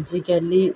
ଆଜିକାଲି